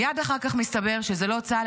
מייד אחר כך מסתבר שזה לא צה"ל,